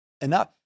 enough